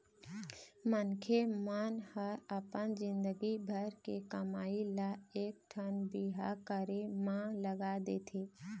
मनखे मन ह अपन जिनगी भर के कमई ल एकठन बिहाव करे म लगा देथे